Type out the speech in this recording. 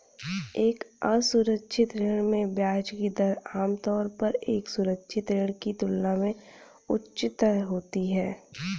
एक असुरक्षित ऋण में ब्याज की दर आमतौर पर एक सुरक्षित ऋण की तुलना में उच्चतर होती है?